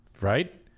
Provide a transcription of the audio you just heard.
Right